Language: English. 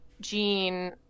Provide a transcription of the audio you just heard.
gene